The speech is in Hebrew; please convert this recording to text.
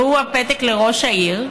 שהוא הפתק לראש העיר,